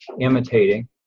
Imitating